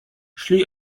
szli